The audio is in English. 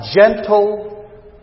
gentle